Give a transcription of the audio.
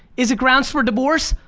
is it grounds for divorce?